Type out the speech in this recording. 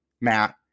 Matt